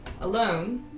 alone